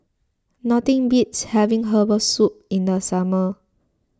nothing beats having Herbal Soup in the summer